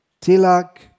tilak